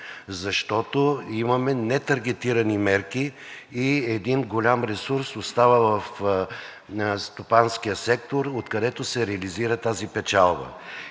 Защото имаме нетаргетирани мерки и един голям ресурс остава в стопанския сектор, откъдето се реализира тази печалба,